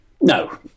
No